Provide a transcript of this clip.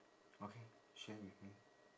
okay share with me